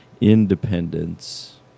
independence